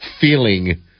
feeling